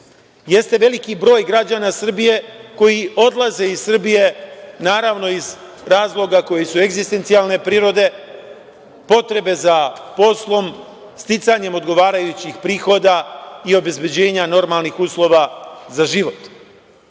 jeste veliki broj građana Srbije koji odlaze iz Srbije naravno iz razloga koji su egzistencijalne prirode, potrebe za poslom, sticanjem odgovarajućih prihoda i obezbeđenja normalnih uslova za život. Jedno